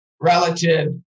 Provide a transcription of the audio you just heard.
relative